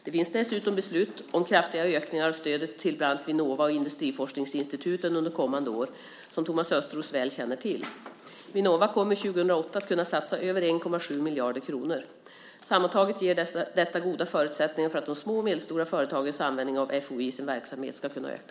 Det finns dessutom beslut om kraftiga ökningar av stödet till bland annat Vinnova och industriforskningsinstituten under kommande år, som Thomas Östros väl känner till. Vinnova kommer 2008 att kunna satsa över 1,7 miljarder kronor. Sammantaget ger detta goda förutsättningar för att de små och medelstora företagens användning av FoU i sin verksamhet ska kunna öka.